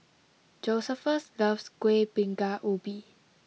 Josephus loves Kueh Bingka Ubi